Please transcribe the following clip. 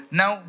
now